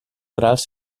orals